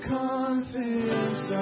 confidence